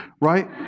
right